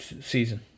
season